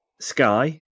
Sky